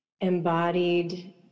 embodied